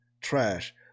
trash